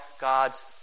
God's